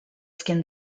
skin